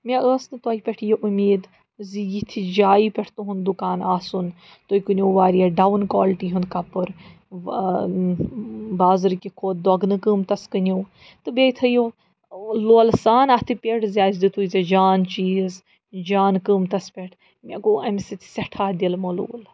مےٚ ٲس نہٕ تۄہہِ پٮ۪ٹھ یہِ اُمید زِ یِتھِ جایہِ پٮ۪ٹھ تُہُنٛد دُکان آسُن تُہۍ کٕنِو واریاہ ڈاوُن کالٹی ہُنٛد کَپُر بازرٕکہِ کھۄتہٕ دۄگنہٕ قۭمتَس کٕنِو تہٕ بیٚیہِ تھٲیو لولہٕ سان اَتھٕ پٮ۪ٹھ زِ اَسہِ دِیتُے ژےٚ جان چیٖز جان قۭمتَس پٮ۪ٹھ مےٚ گوٚو اَمہِ سۭتۍ سٮ۪ٹھاہ دِل ملوٗل